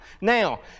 Now